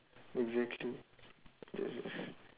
exactly yes yes